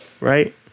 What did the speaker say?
right